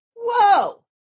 whoa